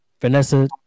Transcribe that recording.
Vanessa